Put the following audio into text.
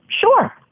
Sure